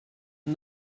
and